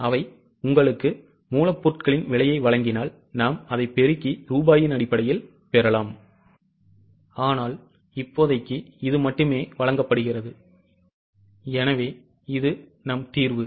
அவை உங்களுக்கு மூலப்பொருட்களின் விலையை வழங்கினால் நாம் அதைப் பெருக்கி ரூபாயின் அடிப்படையில் பெறலாம் ஆனால் இப்போதைக்கு இது மட்டுமே வழங்கப்படுகிறது எனவே இது நம் தீர்வு